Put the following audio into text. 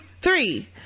Three